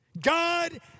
God